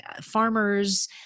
farmers